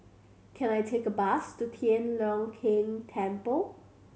can I take a bus to Tian Leong Keng Temple